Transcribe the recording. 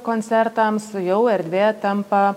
koncertams jau erdvė tampa